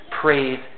praise